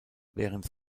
während